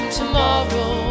tomorrow